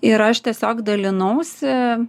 ir aš tiesiog dalinausi